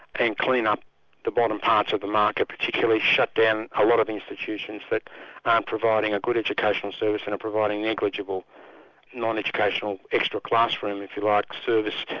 and clean up the bottom parts of the market, particularly shut down a lot of institutions that aren't providing a good educational service and are providing negligible non-educational extra classroom if you like serviced,